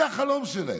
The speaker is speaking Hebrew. זה החלום שלהן.